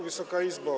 Wysoka Izbo!